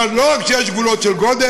זאת אומרת, לא רק שיש גבולות של גודל,